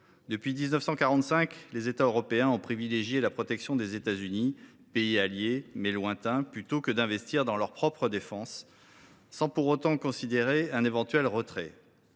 Depuis 1945, les États européens ont privilégié la protection des États Unis, pays allié, mais lointain, plutôt que d’investir dans leur propre défense, sans pour autant considérer leur éventuel retrait.